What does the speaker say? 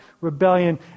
rebellion